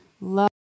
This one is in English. love